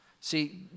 See